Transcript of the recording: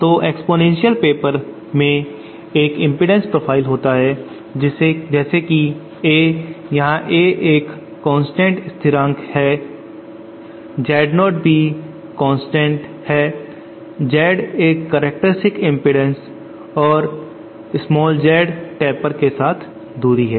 तो exponential paper में एक इम्पीडन्स प्रोफाइल होता है जैसे कि A यहां A एक कांस्टेंट स्थिरंक है Z0 भी एक कांस्टेंट स्थिरांक है Z एक करैक्टरस्टिक इम्पीडन्स और z टेपर के साथ दूरी है